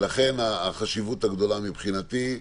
לכן, החשיבות הגדולה, מבחינתי,